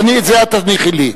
זה את תניחי לי.